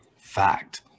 fact